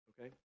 okay